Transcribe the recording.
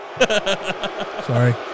Sorry